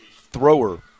thrower